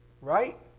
Right